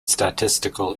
statistical